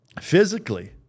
physically